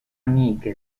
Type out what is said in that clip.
amiche